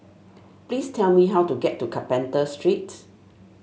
please tell me how to get to Carpenter Street